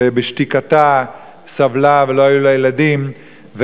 ובשתיקתה סבלה ולא היו לה ילדים,